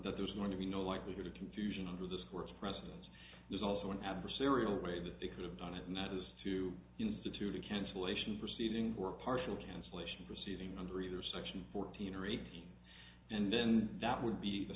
that there's going to be no likelihood of confusion over this court's precedents there's also an adversarial way that they could have done it and that is to institute a cancellation proceeding or partial cancellation proceeding under either section fourteen or eighteen and then that would be a